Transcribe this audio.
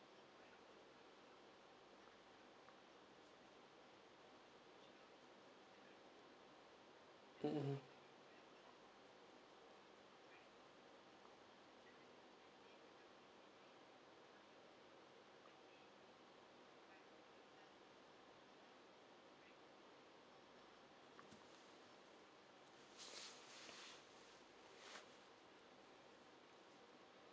mm